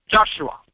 Joshua